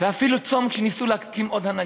ואפילו צום כשניסו להקים עוד הנהגה.